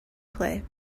play